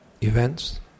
events